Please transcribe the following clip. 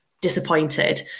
disappointed